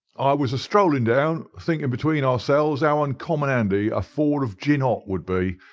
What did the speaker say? i was a strollin' down, thinkin' between ourselves how uncommon handy a four of gin hot would be,